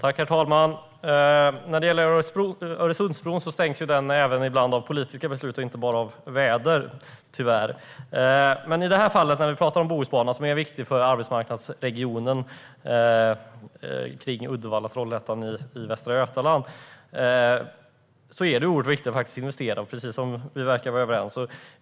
Herr talman! När det gäller Öresundsbron stängs den ju tyvärr ibland även på grund av politiska beslut och inte bara på grund av väder. Men i det här fallet med Bohusbanan - som är betydelsefull för arbetsmarknadsregionen kring Uddevalla och Trollhättan i västra Götaland - är det oerhört viktigt att investera, vilket vi verkar vara överens om.